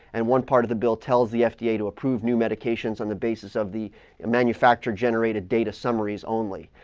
and one part of the bill tells the fda to approve new medications on the basis of the manufacture-generated data summaries only.